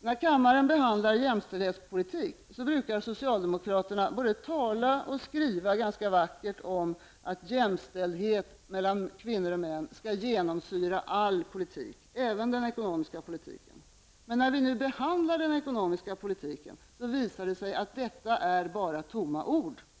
När kammaren behandlar jämställdhetspolitik brukar socialdemokraterna både tala och skriva ganska vackert om att jämställdhet mellan kvinnor och män skall genomsyra all politik, även den ekonomiska politiken. Men när vi nu behandlar den ekonomiska politiken visar det sig att detta bara är tomma ord.